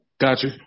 Gotcha